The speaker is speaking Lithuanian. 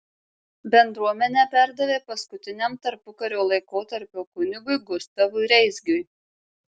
bendruomenę perdavė paskutiniam tarpukario laikotarpio kunigui gustavui reisgiui